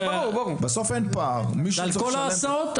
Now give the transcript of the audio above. בסוף אין פער --- זה על כל ההסעות?